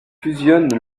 fusionne